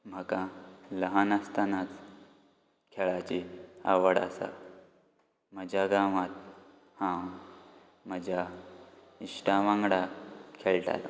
म्हाका ल्हान आसतानाच खेळाची आवड आसा म्हाज्या गांवात हांव म्हाज्या इश्टा वांगडा खेळटालो